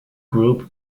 group